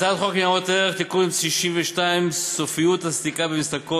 הצעת החוק חוק ניירות ערך (תיקון מס' 62) (סופיות הסליקה במסלקות).